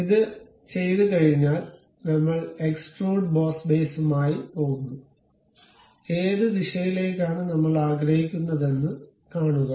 അത് ചെയ്തുകഴിഞ്ഞാൽ നമ്മൾ എക്സ്ട്രൂഡ് ബോസ് ബേസുമായി പോകുന്നു ഏത് ദിശയിലേക്കാണ് നമ്മൾ ആഗ്രഹിക്കുന്നതെന്ന് കാണുക